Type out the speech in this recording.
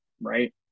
right